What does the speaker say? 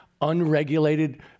unregulated